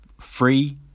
free